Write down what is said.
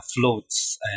floats